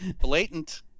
blatant